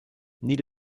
need